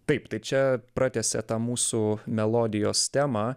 taip tai čia pratęsia tą mūsų melodijos temą